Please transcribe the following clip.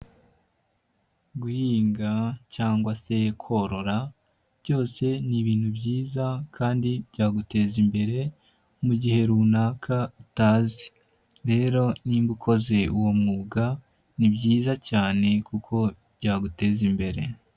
Guhinga cyangwa se korora, byose ni ibintu byiza kandi byaguteza imbere mugihe runaka utazi. Rero niba ukoje uwo mwuga, ni byiza cyane kuko byaguteza imbere.